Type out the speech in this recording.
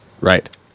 Right